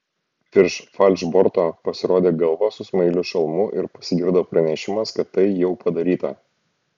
virš falšborto pasirodė galva su smailiu šalmu ir pasigirdo pranešimas kad tai jau padaryta